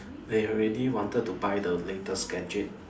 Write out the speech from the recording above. they already wanted to buy the latest gadget